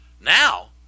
now